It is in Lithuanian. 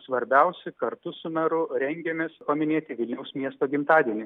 svarbiausi kartu su meru rengiamės paminėti vilniaus miesto gimtadienį